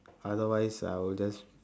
otherwise I will just